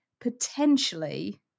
potentially